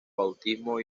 bautismo